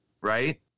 right